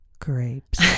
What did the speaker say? grapes